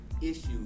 issue